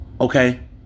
Okay